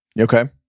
Okay